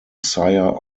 sire